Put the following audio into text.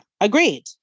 Agreed